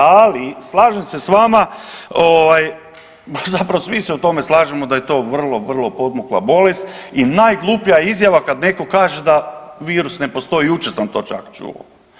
Ali slažem se s vama ovaj, zapravo svi se u tome slažemo da je to vrlo, vrlo podmukla bolest i najgluplja izjava kad neko kaže da virus ne postoji, jučer sam to čak čuo.